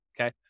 Okay